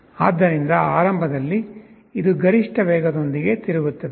ಆದ್ದರಿಂದ ಆರಂಭದಲ್ಲಿ ಇದು ಗರಿಷ್ಠ ವೇಗದೊಂದಿಗೆ ತಿರುಗುತ್ತಿದೆ